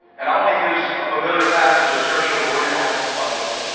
and i want to use a familiar passage of scripture, but we're going to have some fun with it.